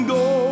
go